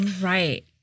Right